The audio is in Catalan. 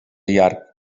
llarg